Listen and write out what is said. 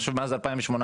מאז 2018,